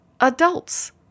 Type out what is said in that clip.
adults